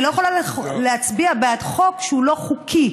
אני לא יכולה להצביע בעד חוק שהוא לא חוקי,